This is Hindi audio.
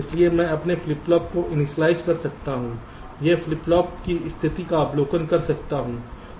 इसलिए मैं अपने फ्लिप फ्लॉप को इनिशियलाइज़ कर सकता हूं या फ्लिप फ्लॉप की स्थिति का अवलोकन कर सकता हूं